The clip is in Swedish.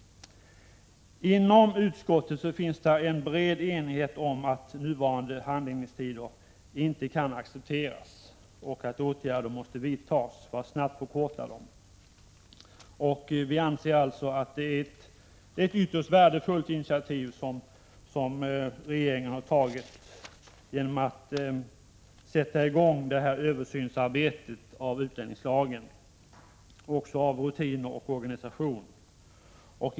Inom utskottet finns det en bred enighet om att nuvarande handläggningstider inte kan accepteras och att åtgärder måste vidtagas för att snabbt förkorta dem. Vi anser alltså att regeringen har tagit ett ytterst värdefullt initiativ genom att sätta i gång översynsarbetet när det gäller utlänningslagen samt rutiner och organisation.